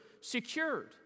secured